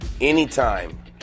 anytime